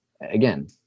Again